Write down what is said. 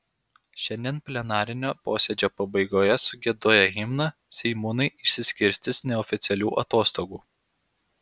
šiandien plenarinio posėdžio pabaigoje sugiedoję himną seimūnai išsiskirstys neoficialių atostogų